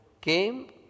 came